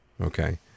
okay